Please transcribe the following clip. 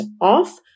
off